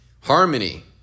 Harmony